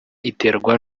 iterwa